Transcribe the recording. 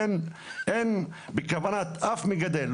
אין בכוונת אף מגדל,